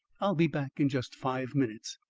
i'll be back in just five minutes.